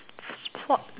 sport